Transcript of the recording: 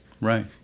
Right